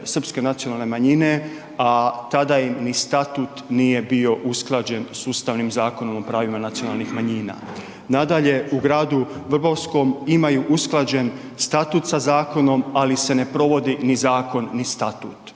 srpske nacionalne manjine, a tada im ni statut nije bio usklađen s Ustavnim zakonom o pravima nacionalnih manjina. Nadalje, u gradu Vrbovskom imaju usklađen statut sa zakonom, ali se ne provodi ni zakon ni statut.